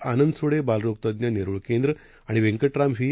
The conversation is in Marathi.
आनंदसुडे बालरोगतज्ज्ञ नेरूळकेंद्रआणिवेंकटरामव्ही